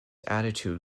attitude